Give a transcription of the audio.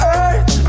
earth